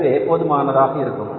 அதுவே போதுமானதாக இருக்கும்